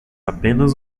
apenas